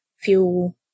fuel